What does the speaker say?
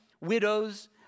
widows